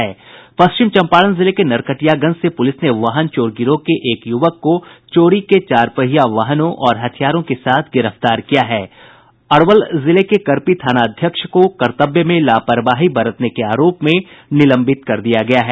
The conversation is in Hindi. पश्चिम चंपारण जिले के नरकटियागंज से पुलिस ने वाहन चोर गिरोह के एक युवक को चोरी के चार पहिया वाहनों और हथियारों के साथ गिरफ्तार किया है अरवल जिले के करपी थाना अध्यक्ष को कर्तव्य में लापरवाही बरतने के आरोप में निलंबित कर दिया गया है